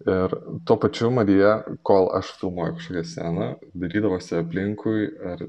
ir tuo pačiu marija kol aš filmuoju kažkokią sceną dairydavosi aplinkui ar